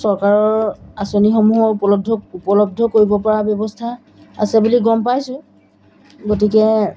চৰকাৰৰ আঁচনিসমূহৰ উপলব্ধ উপলব্ধ কৰিব পৰা ব্যৱস্থা আছে বুলি গম পাইছোঁ গতিকে